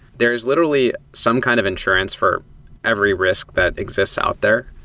there is literally some kind of insurance for every risk that exists out there.